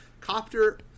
Copter